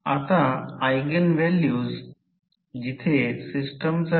हे मोठ्या प्रमाणात गळतीच्या ठिकाणी आणि कंडक्टर मध्ये एडी प्रवाह दर्शविते